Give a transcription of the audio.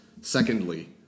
secondly